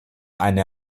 eine